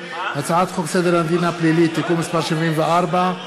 הצעת חוק סדר הדין הפלילי (תיקון מס' 74)